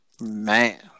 Man